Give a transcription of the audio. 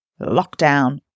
Lockdown